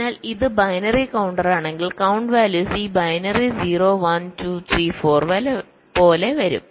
അതിനാൽ ഇത് ബൈനറി കൌണ്ടറാണെങ്കിൽ കൌണ്ട് വാല്യൂസ് ഈ ബൈനറി 0 1 2 3 4 പോലെ വരും